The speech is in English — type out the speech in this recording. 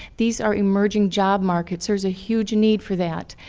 these are emerging job markets. there's a huge need for that.